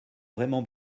vraiment